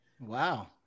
Wow